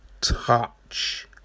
touch